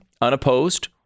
unopposed